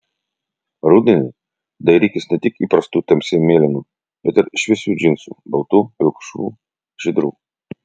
rudenį dairykis ne tik įprastų tamsiai mėlynų bet ir šviesių džinsų baltų pilkšvų žydrų